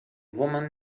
woman